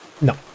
No